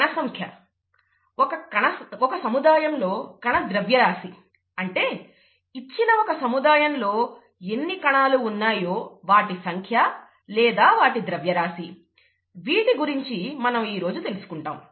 కణసంఖ్య ఒక సముదాయంలో కణద్రవ్యరాశి అంటే ఇచ్చిన ఒక సముదాయంలో ఎన్ని కణాలు ఉన్నాయో వాటి సంఖ్య లేదా వాటి ద్రవ్యరాశి వీటి గురించి మనం ఈరోజు తెలుసుకుంటాం